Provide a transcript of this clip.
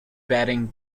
batting